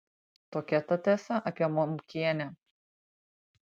tokia ta tiesa apie momkienę